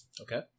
Okay